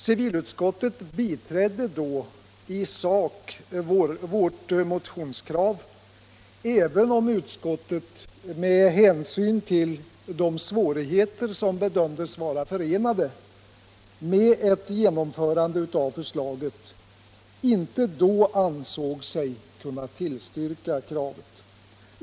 Civilutskottet biträdde då i sak vårt motionskrav, även om utskottet med hänsyn till de svårigheter som bedömdes vara förenade med ett genomförande av förslaget inte ansåg sig kunna tillstyrka kravet.